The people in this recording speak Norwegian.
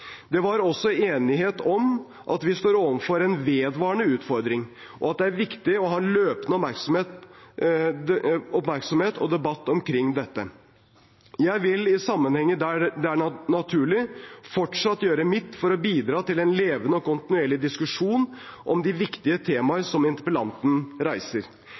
Det var også enighet om at vi står overfor en vedvarende utfordring, og at det er viktig å ha løpende oppmerksomhet og debatt omkring dette. Jeg vil i sammenhenger der det er naturlig, fortsatt gjøre mitt for å bidra til en levende og kontinuerlig diskusjon om de viktige temaene som interpellanten reiser.